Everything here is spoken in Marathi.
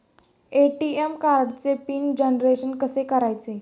ए.टी.एम कार्डचे पिन जनरेशन कसे करायचे?